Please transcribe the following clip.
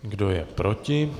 Kdo je proti?